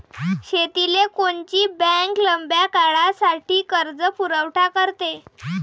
शेतीले कोनची बँक लंब्या काळासाठी कर्जपुरवठा करते?